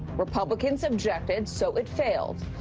republicans objected, so it failed.